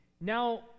Now